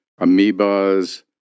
amoebas